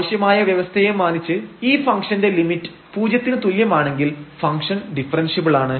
ആവശ്യമായ വ്യവസ്ഥയെ മാനിച്ച് ഈ ഫംഗ്ഷൻറെ ലിമിറ്റ് പൂജ്യത്തിനു തുല്യമാണെങ്കിൽ ഫംഗ്ഷൻഡിഫറെൻഷ്യബിൾ ആണ്